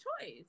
choice